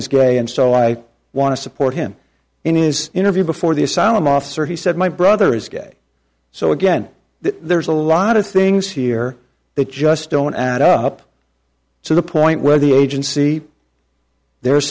is gray and so i want to support him in his interview before the asylum officer he said my brother is gay so again there's a lot of things here that just don't add up to the point where the agency there